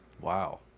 Wow